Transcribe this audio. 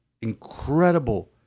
incredible